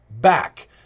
back